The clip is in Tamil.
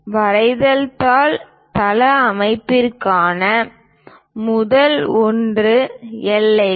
வரைதல் தாள் தளவமைப்பிற்கான முதல் ஒன்று எல்லைகள்